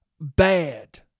bad